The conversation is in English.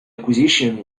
acquisition